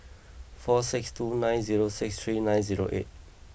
four six two nine zero six three nine zero eight